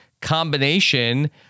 combination